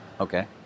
Okay